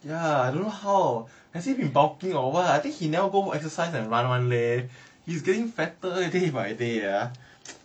ya I don't know how as if he bulking or what I think he never go for exercise and run [one] leh he's getting fatter day by day uh